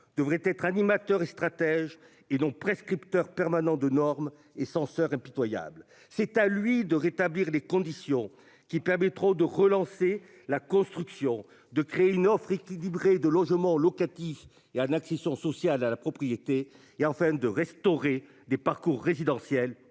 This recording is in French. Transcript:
devraient être animateur et stratège et non prescripteurs permanent de normes et censeur impitoyable. C'est à lui de rétablir les conditions qui permettront de relancer la construction de créer une offre équilibrée de logements locatifs et un qui sont sociale à la propriété et en fin de restaurer des parcours résidentiels